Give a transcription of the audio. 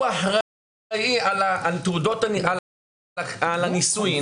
הוא אחראי על הנישואים,